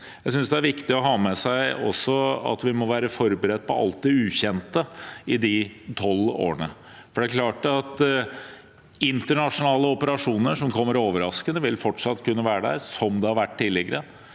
Jeg synes det er viktig også å ha med seg at vi må være forberedt på alt det ukjente i de tolv årene. Det er klart at internasjonale operasjoner som kommer overraskende, fortsatt vil kunne skje, som tidligere.